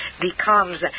becomes